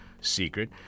secret